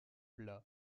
plat